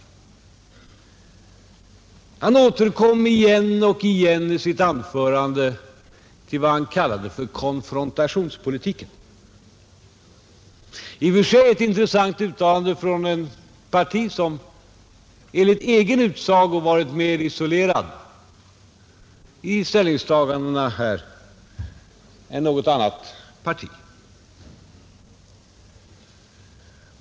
Herr Bohman återkom igen och igen i sitt anförande till vad han kallade konfrontationspolitiken — i och för sig ett intressant uttalande från ett parti som enligt egen utsago varit mer isolerat i ställningstagandena här än något annat parti.